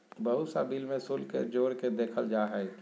बहुत सा बिल में शुल्क के जोड़ के देखल जा हइ